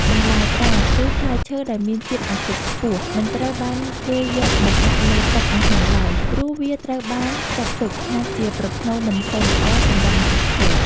បន្លែត្រាំ ឬផ្លែឈើដែលមានជាតិអាស៊ីតខ្ពស់មិនត្រូវបានគេយកមកដាក់លើតុអាហារឡើយ ព្រោះ វាត្រូវបានចាត់ទុកថាជាប្រផ្នូលមិនសូវល្អសម្រាប់ម្ចាស់ផ្ទះ។